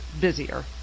busier